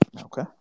Okay